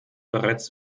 bereits